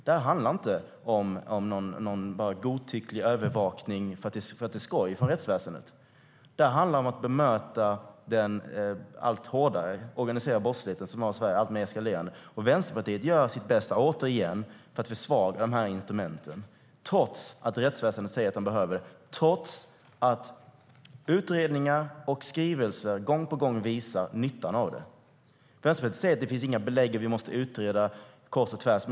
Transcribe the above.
Det handlar inte om någon godtycklig övervakning för att det är skoj för rättsväsendet, utan det handlar om att bemöta den alltmer eskalerande hårda organiserade brottsligheten. Vänsterpartiet gör återigen sitt bästa för att försvaga instrumenten, trots att rättsväsendet säger att man behöver dem, trots att utredningar och skrivelser gång på gång visar nyttan av dem. Vänsterpartiet säger att det inte finns belägg och att det måste utredas kors och tvärs.